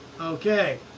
Okay